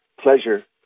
pleasure